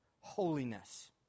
holiness